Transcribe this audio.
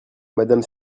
mme